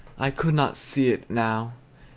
i could not see it now.